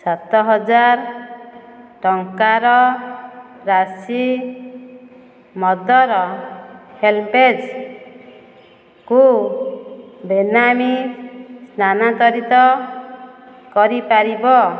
ସାତ ହଜାର ଟଙ୍କାର ରାଶି ମଦ ର ହେଲ୍ପେଜ୍ କୁ ବେନାମୀ ସ୍ଥାନାନ୍ତରିତ କରିପାରିବ